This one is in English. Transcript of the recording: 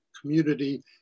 community